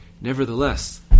nevertheless